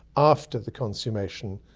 after the consummation,